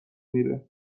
میره